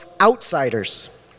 outsiders